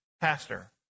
Pastor